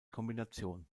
kombination